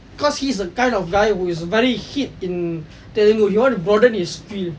cause he's the kind of guy who is very hit in tell you he want to broaden his field